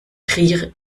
trier